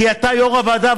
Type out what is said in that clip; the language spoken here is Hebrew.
כי אתה יו"ר הוועדה,